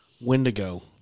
Wendigo